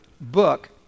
book